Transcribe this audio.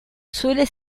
suele